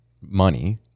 money